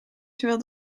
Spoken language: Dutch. terwijl